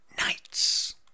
nights